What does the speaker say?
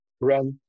run